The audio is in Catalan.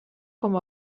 com